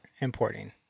importing